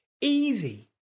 easy